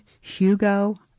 Hugo